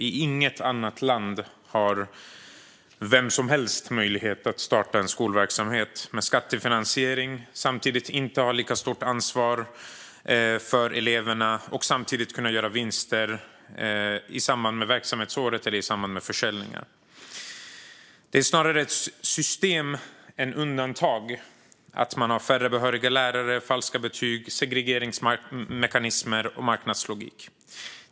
I inget annat land kan vem som helst starta en skolverksamhet med skattefinansiering utan lika stort ansvar för eleverna och samtidigt kunna göra vinster i samband med verksamhetsåret eller i samband med försäljning. Det är snarare ett system än undantag att man har färre behöriga lärare, falska betyg, segregeringsmekanismer och marknadslogik.